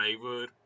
driver